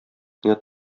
кенә